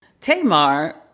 Tamar